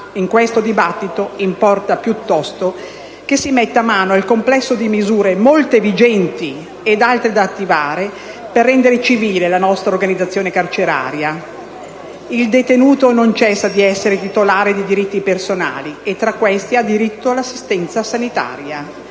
In questo dibattito importa piuttosto che si metta mano al complesso di misure, molte vigenti ed altre da attivare, per rendere civile la nostra organizzazione carceraria. Il detenuto non cessa di essere titolare di diritti personali e, tra questi, ha diritto all'assistenza sanitaria.